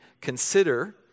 consider